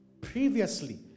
previously